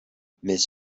mais